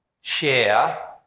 share